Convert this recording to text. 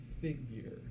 figure